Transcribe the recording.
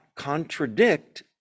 contradict